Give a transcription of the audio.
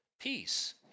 peace